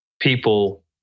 people